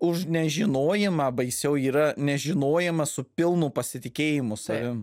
už nežinojimą baisiau yra nežinojimas su pilnu pasitikėjimu savim